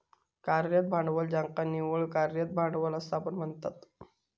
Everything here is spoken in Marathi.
कार्यरत भांडवल ज्याका निव्वळ कार्यरत भांडवल असा पण म्हणतत